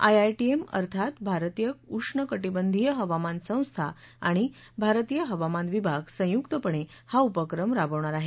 IITM अर्थात भारतीय उष्णकटीबंधीय हवामान संस्था आणि भारतीय हवामान विभाग संयूकपणे हा उपक्रम राबवणार आहेत